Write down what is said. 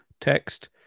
text